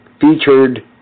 featured